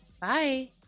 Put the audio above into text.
Bye